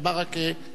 תחליף אותי,